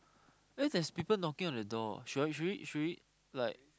eh there's people knocking on the door should I should we should we like